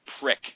prick